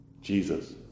Jesus